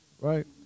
Right